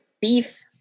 Beef